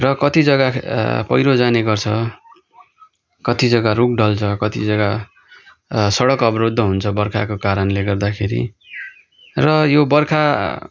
र कति जग्गा पैह्रो जाने गर्छ कति जग्गा रुख ढल्छ कति जगा सडक अवरुद्ध हुन्छ बर्खाको कारणले गर्दाखेरि र यो बर्खा